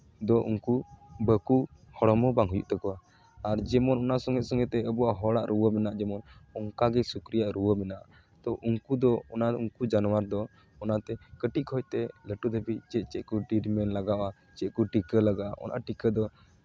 ᱫᱚ ᱩᱱᱠᱩ ᱵᱟᱹᱠᱩ ᱦᱚᱲᱢᱚ ᱵᱟᱝ ᱦᱩᱭᱩᱜ ᱛᱟᱠᱚᱣᱟ ᱟᱨ ᱡᱮᱢᱚᱱ ᱚᱱᱟ ᱥᱚᱸᱜᱮ ᱥᱚᱸᱜᱮ ᱛᱮ ᱟᱵᱚᱣᱟᱜ ᱦᱚᱲᱟᱜ ᱨᱩᱣᱟᱹ ᱢᱮᱱᱟᱜᱼᱟ ᱡᱮᱢᱚᱱ ᱚᱱᱠᱟᱜᱮ ᱥᱩᱠᱨᱤᱭᱟᱜ ᱨᱩᱣᱟᱹ ᱢᱮᱱᱟᱜᱼᱟ ᱛᱳ ᱩᱱᱠᱩ ᱫᱚ ᱚᱱᱟ ᱩᱱᱠᱩ ᱡᱟᱱᱣᱟᱨ ᱫᱚ ᱚᱱᱟᱛᱮ ᱠᱟᱹᱴᱤᱡ ᱠᱷᱚᱡ ᱛᱮ ᱞᱟᱹᱴᱩ ᱫᱷᱟᱹᱵᱤᱡ ᱪᱮᱫ ᱪᱮᱫ ᱠᱚ ᱴᱨᱤᱴᱢᱮᱱᱴ ᱞᱟᱜᱟᱜᱼᱟ ᱪᱮᱫ ᱠᱚ ᱴᱤᱠᱟᱹ ᱞᱟᱜᱟᱜᱼᱟ ᱚᱱᱟ ᱴᱤᱠᱟᱹ ᱫᱚ